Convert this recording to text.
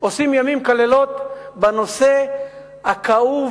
עושים ימים ולילות בנושא הכאוב,